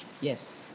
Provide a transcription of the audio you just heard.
Yes